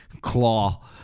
claw